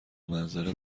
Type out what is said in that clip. منظره